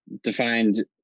defined